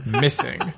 missing